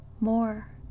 more